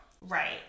right